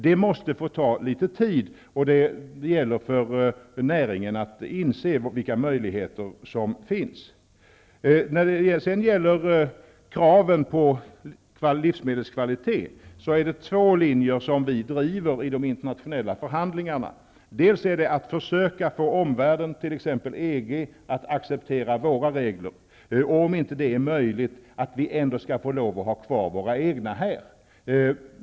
Det måste få ta litet tid, och det gäller för näringen att inse vilka möjligheter som finns. När det sedan gäller kraven på livsmedelskvalitet driver vi två linjer i de internationella förhandlingarna. Dels försöker vi få omvärlden, t.ex. EG, att acceptera våra regler, dels försöker vi -- om det inte är möjligt -- ändå att få behålla våra egna regler.